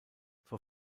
vor